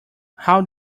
how